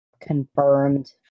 confirmed